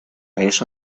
eso